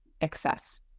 excess